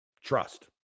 trust